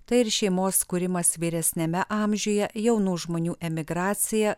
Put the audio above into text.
tai ir šeimos kūrimas vyresniame amžiuje jaunų žmonių emigracija